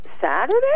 Saturday